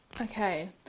Okay